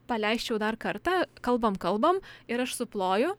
paleisčiau dar kartą kalbam kalbam ir aš suploju